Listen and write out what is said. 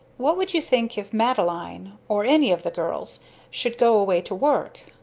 what would you think if madeline or any of the girls should go away to work?